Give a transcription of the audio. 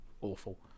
awful